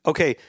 Okay